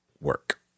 work